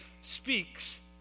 speaks